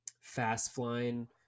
Fast-flying